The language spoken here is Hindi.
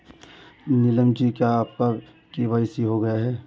नीलम जी क्या आपका के.वाई.सी हो गया है?